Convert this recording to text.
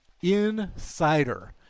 insider